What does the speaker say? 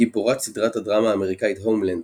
גיבורת סדרת הדרמה האמריקאית "הומלנד",